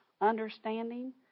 understanding